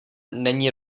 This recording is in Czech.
není